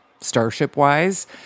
Starship-wise